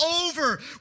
over